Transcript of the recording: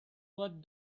what